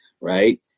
right